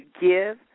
give